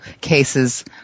cases